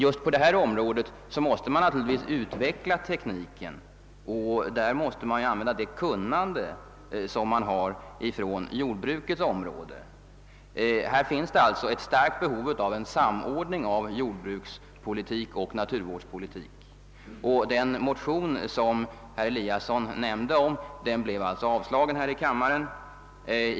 Just på detta område måste tekniken utvecklas, och man måste använ da det kunnande som finns inom jordbruket. Det finns alltså ett starkt behov av samordning av jordbrukspolitik och naturvårdspolitik. Den motion som herr Eliasson i Sundborn nämnde blev alltså avslagen här i kammaren.